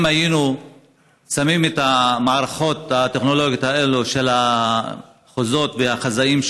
אם היינו שמים את המערכות הטכנולוגיות האלה של החזאיות והחזאים,